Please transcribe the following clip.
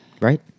Right